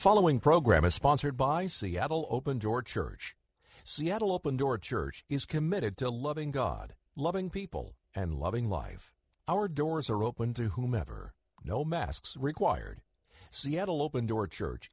following program is sponsored by seattle open door church seattle open door church is committed to loving god loving people and loving life our doors are open to whomever no masks required seattle open door church